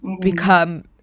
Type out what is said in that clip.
become